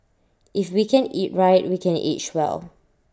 if we can eat right we can age well